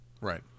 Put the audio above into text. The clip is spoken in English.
Right